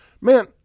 Man